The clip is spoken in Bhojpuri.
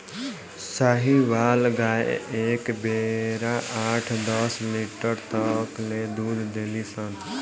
साहीवाल गाय एक बेरा आठ दस लीटर तक ले दूध देली सन